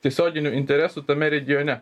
tiesioginių interesų tame regione